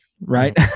Right